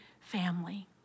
family